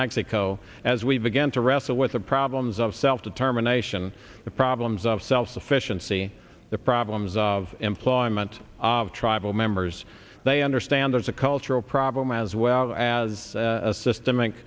mexico as we began to wrestle with the problems of self determination the problems of self sufficiency the problems of employment of tribal members they understand there's a cultural problem as well as a system